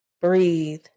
breathe